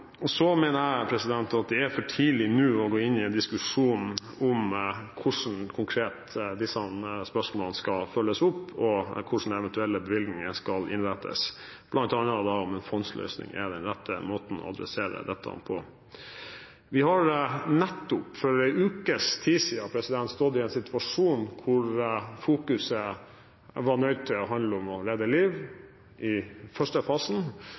Jeg mener at det er for tidlig nå å gå inn i en diskusjon om hvordan disse konkrete spørsmålene skal følges opp, og om hvordan eventuelle bevilgninger skal innrettes, og da bl.a. om en fondsløsning er den rette måten å ta tak i dette på. Vi har nettopp – for en ukes tid siden – stått i en situasjon hvor fokus i første fase nødvendigvis måtte være å redde liv,